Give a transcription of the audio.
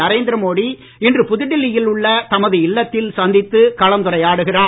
நரேந்திர மோடி இன்று புதுடெல்லியில் உள்ள தமது இல்லத்தில் சந்தித்து கலந்துரையாடுகிறார்